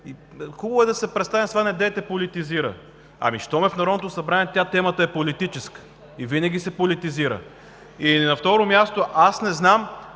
Хубаво е да се престане с това: „Недейте политизира!“ Ами, щом е в Народното събрание, темата е политическа и винаги се политизира. На второ място, аз не знам